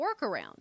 workaround